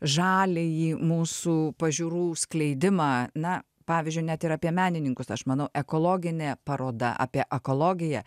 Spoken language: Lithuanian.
žaliąjį mūsų pažiūrų skleidimą na pavyzdžiui net ir apie menininkus aš manau ekologinė paroda apie ekologiją